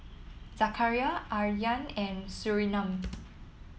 Zakaria Aryan and Surinam